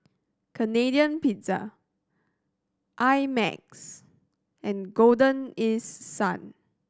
Canadian Pizza I Max and Golden East Sun